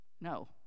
No